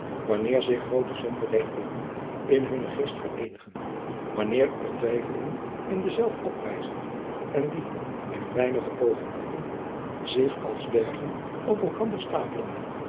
wanneer zich groote en sombere denkbeelden in hunnen geest vereenigen wanneer er twijfelingen in denzelven oprijzen en die binnen weinige oogenblikken zich als bergen op elkander stapelende